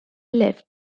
left